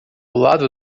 lado